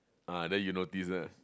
ah then you notice right